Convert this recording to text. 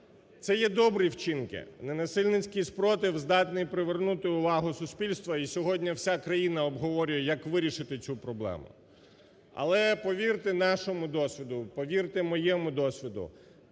Це є добрі вчинки, на насильницький спротив, здатний привернути увагу суспільства і сьогодні вся країна обговорює як вирішити цю проблему. Але, повірте нашому досвіду, повірте моєму досвіду